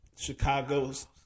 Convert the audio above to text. Chicago's